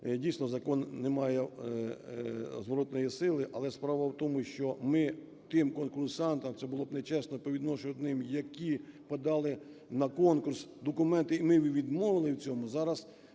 дійсно закон не має зворотної сили, але справа в тому, що ми тим конкурсантам, це було б нечесно по відношенню до них, які подали на конкурс документи і ми їм відмовили в цьому, зараз